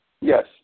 Yes